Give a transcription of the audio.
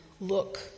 look